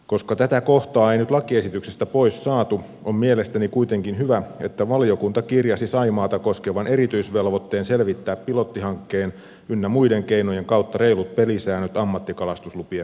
koska tätä kohtaa ei nyt lakiesityksestä pois saatu on mielestäni kuitenkin hyvä että valiokunta kirjasi saimaata koskevan erityisvelvoitteen selvittää pilottihankkeen ynnä muiden keinojen kautta reilut pelisäännöt ammattikalastuslupien myöntämiseksi